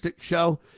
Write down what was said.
show